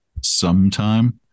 Sometime